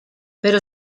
però